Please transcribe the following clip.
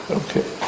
okay